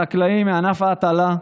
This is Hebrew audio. החקלאים מענף ההטלה,